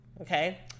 Okay